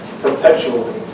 perpetually